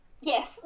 Yes